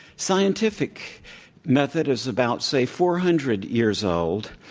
scientific method is about, say, four hundred years old.